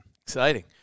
Exciting